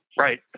Right